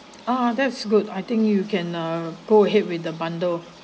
ah that's good I think you can uh go ahead with the bundle